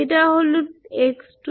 এটা হল x2n